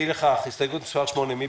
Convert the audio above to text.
אי לכך, הסתייגות מס' 8 מי